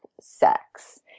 sex